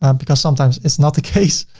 um because sometimes it's not the case.